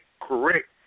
correct